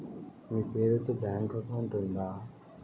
మీ పేరు తో bank account ఉందా?